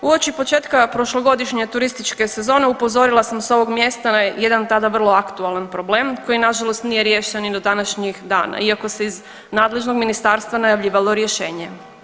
Uoči početka prošlogodišnje turističke sezone upozorila sam sa ovog mjesta jedan tada vrlo aktualan problem koji na žalost nije riješen ni do današnjih dana iako se iz nadležnog ministarstva najavljivalo rješenje.